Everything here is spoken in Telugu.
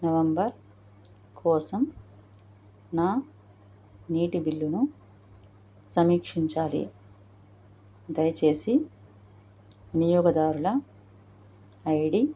నవంబర్ కోసం నా నీటి బిల్లును సమీక్షించాలి దయచేసి వినియోగదారుల ఐడి